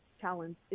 Challenge